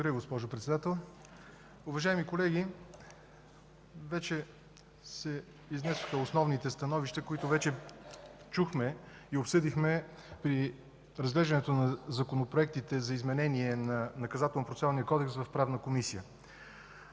Благодаря, госпожо Председател. Уважаеми колеги, изнесоха се основните становища, които чухме и обсъдихме при разглеждането на законопроектите за изменение на Наказателнопроцесуалния кодекс в Правната комисия.